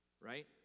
right